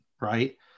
Right